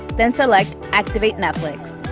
then select activate netflix.